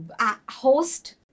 host